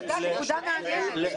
נקודה מעניינת.